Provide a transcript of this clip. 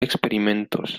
experimentos